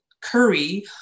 curry